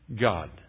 God